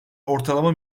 ortalama